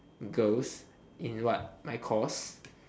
girls in what my course